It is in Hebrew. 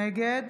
נגד